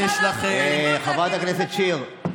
חברת הכנסת שיר,